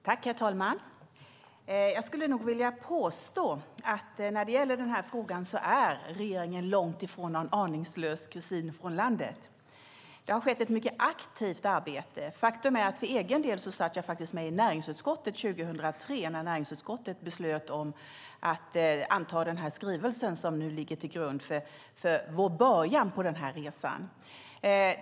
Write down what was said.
Herr talman! Jag skulle vilja påstå att regeringen när det gäller denna fråga är långt ifrån någon aningslös kusin från landet. Det har skett ett mycket aktivt arbete. Faktum är att jag för egen del satt med i näringsutskottet 2003 när näringsutskottet beslöt att anta den skrivelse som nu ligger till grund för vår början på denna resa.